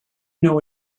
know